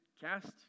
cast